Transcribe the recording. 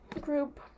group